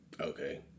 Okay